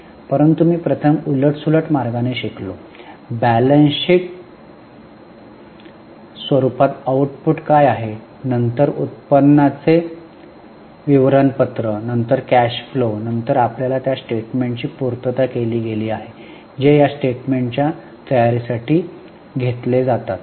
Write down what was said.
परंतु मी प्रथम उलटसुलट मार्गाने शिकलो बॅलन्स शीट स्वरूपात आउट पुट काय आहे नंतर उत्पन्नाचे विवरणपत्र नंतर कॅश फ्लो आणि नंतर आपल्याला त्या स्टेटमेंट्सची पूर्तता केली गेली आहे जे या स्टेटमेन्टच्या तयारी साठी घेतले जातात